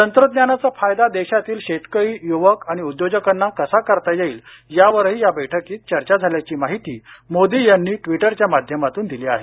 तंत्रज्ञानाचा फायदा देशातील शेतकरी युवक आणि उद्योजकांना कसा करता येईल यावर या बैठकीत चर्चा झाल्याची माहिती मोदी यांनी ट्विटरच्या माध्यमातून दिली आहे